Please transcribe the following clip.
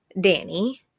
Danny